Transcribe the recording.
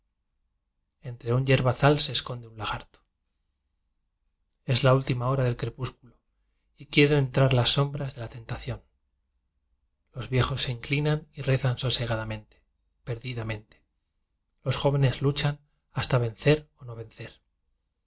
entre un yerbazal se esconde un lagarto es la última hora del crepúsculo y quieren entrar las sombras de la tentación los viejos se inclinan y rezan sosegadamente perdidamente los jóvenes luchan hasta ven cer o no vencer